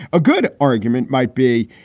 a good argument might be,